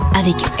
avec